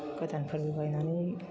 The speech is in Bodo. गोदानफोरबो बायनानै